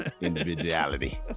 Individuality